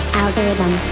algorithm